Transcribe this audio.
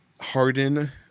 harden